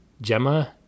Gemma